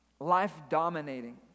life-dominating